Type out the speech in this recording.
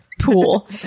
pool